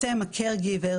אתם ה-caregivers,